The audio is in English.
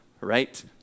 right